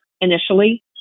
initially